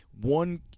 one